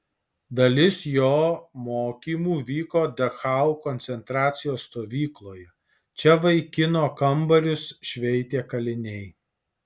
dalis jo mokymų vyko dachau koncentracijos stovykloje čia vaikino kambarius šveitė kaliniai